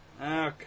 Okay